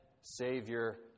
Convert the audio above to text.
Savior